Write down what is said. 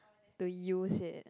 to use it